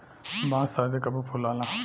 बांस शायदे कबो फुलाला